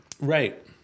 Right